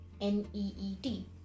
N-E-E-T